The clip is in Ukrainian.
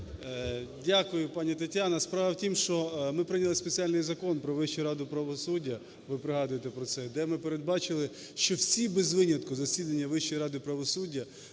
Дякую, пані Тетяна. Справа в тім, що ми прийняли спеціальний Закон "Про Вищу раду правосуддя", ви пригадуєте про це, де ми передбачили, що всі без винятку засідання Вищої ради правосуддя,